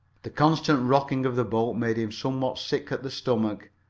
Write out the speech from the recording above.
the constant rocking of the boat made him somewhat sick at the stomach,